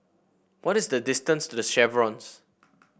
what is the distance to The Chevrons